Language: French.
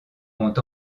ont